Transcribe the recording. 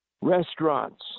restaurants